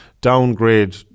downgrade